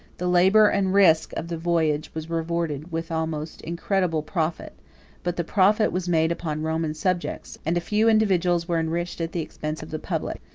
the labor and risk of the voyage was rewarded with almost incredible profit but the profit was made upon roman subjects, and a few individuals were enriched at the expense of the public.